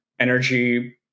energy